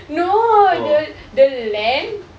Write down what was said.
no the the land